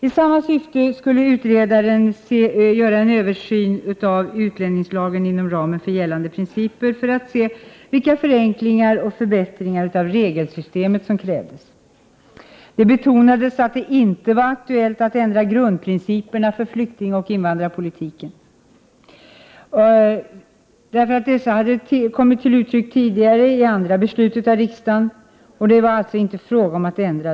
I samma syfte skulle utredaren göra en översyn av utlänningslagen inom ramen för gällande principer, för att se vilka förenklingar och förbättringar av regelsystemet som krävdes. Det betonades att det inte var aktuellt att ändra grundprinciperna för flyktingoch invandringspolitiken, eftersom dessa tidigare kommit till uttryck i andra beslut av riksdagen.